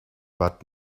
but